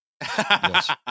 Yes